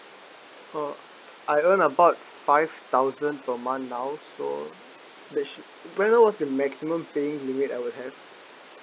uh I earn about five thousand per month now so they shou~ may I know what's the maximum paying limit I would have